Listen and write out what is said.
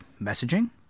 messaging